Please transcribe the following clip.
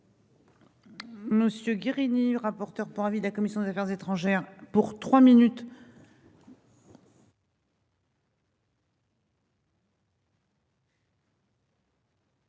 Monsieur Guérini, rapporteur pour avis de la commission des Affaires étrangères pour trois minutes.